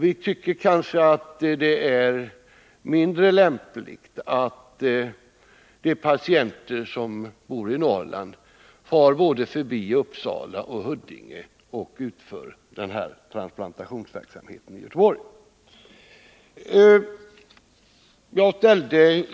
Vi tycker det är mindre lämpligt att de patienter som bor i Norrland far förbi både Uppsala och Huddinge för att få transplantationerna utförda i Göteborg.